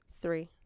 Three